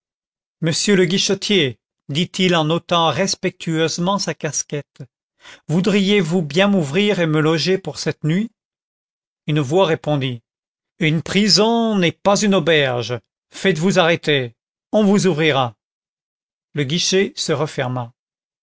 monsieur le guichetier dit-il en ôtant respectueusement sa casquette voudriez-vous bien m'ouvrir et me loger pour cette nuit une voix répondit une prison n'est pas une auberge faites-vous arrêter on vous ouvrira le guichet se referma